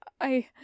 I